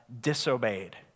disobeyed